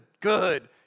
good